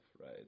right